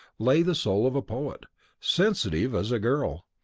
lay the soul of a poet sensitive as a girl,